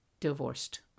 divorced